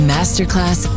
Masterclass